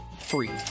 free